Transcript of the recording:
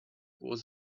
was